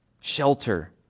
shelter